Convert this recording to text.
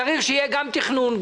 צריך שיהיה גם תכנון,